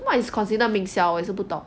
what is considered 名校我也是不懂